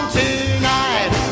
tonight